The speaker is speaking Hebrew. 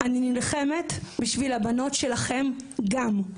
אני נלחמת בשביל הבנות שלכם גם.